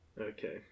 Okay